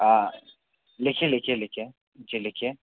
हाँ लिखिए लिखिए लिखिए जी लिखिए